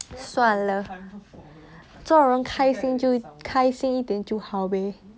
算了做人开心就开心一点就